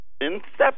inception